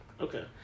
Okay